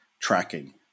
tracking